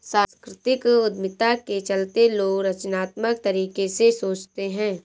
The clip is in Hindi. सांस्कृतिक उद्यमिता के चलते लोग रचनात्मक तरीके से सोचते हैं